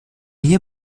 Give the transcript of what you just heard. hier